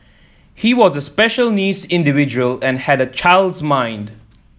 he was a special needs individual and had a child's mind